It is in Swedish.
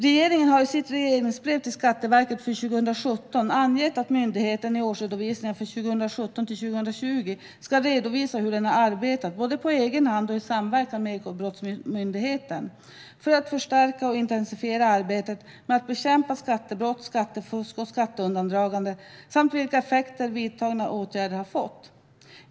Regeringen har i sitt regleringsbrev till Skatteverket för 2017 angett att myndigheten i årsredovisningen för 2017-2020 ska redovisa hur den har arbetat, både på egen hand och i samverkan med Ekobrottsmyndigheten, för att förstärka och intensifiera arbetet med att bekämpa skattebrott, skattefusk och skatteundandragande samt vilka effekter vidtagna åtgärder har fått.